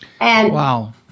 wow